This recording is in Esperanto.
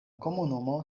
komunumo